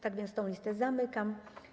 Tak więc listę zamykam.